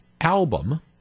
album